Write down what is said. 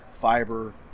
Fiber